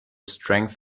strength